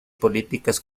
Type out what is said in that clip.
políticas